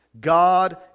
God